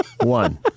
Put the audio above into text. One